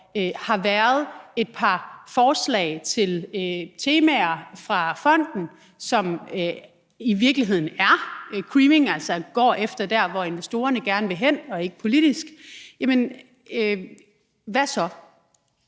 har været et par forslag til temaer fra fonden, som i virkeligheden er creaming, altså noget, hvor man går efter der, hvor investorerne gerne vil hen, altså ikke politisk, hvad så?